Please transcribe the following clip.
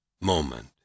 moment